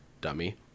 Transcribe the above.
Dummy